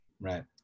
Right